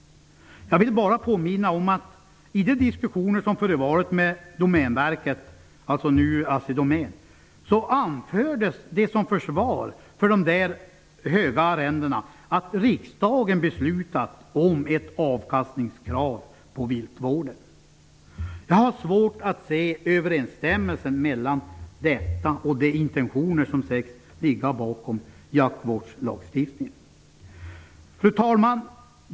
I de diskussioner som förevarit med Domänverket -- nuvarande Assidomän -- anfördes det som försvar för de höga arrendena att riksdagen beslutat om ett avkastningskrav på viltvården. Jag har svårt att se överensstämmelsen mellan det och de intentioner som sägs ligga bakom jaktvårdslagstiftningen. Fru talman!